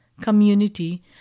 community